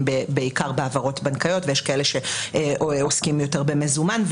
בעיקר בהעברות בנקאיות ויש כאלה שעוסקים יותר במזומן,